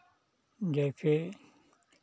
जैसे